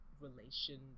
relation